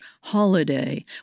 holiday